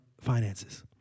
finances